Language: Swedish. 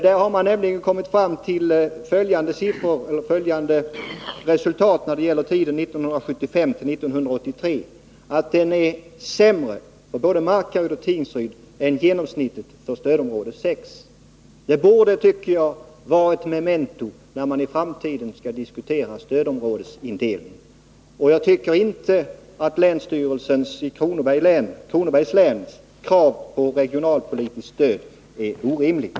Där har man nämligen kommit fram till att resultatet för tiden 1975-1983 är sämre för både Markaryd och Tingsryd än genomsnittet för stödområde 6. Detta borde vara ett memento när man skall diskutera stödområdesindelningen i framtiden. Jag tycker inte att det krav på regionalpolitiskt stöd som länsstyrelsen i Kronobergs län för fram är orimligt.